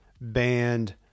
band